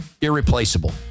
irreplaceable